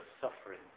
suffering